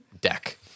deck